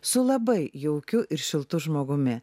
su labai jaukiu ir šiltu žmogumi